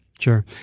Sure